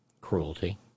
cruelty